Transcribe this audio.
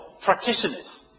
practitioners